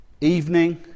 Evening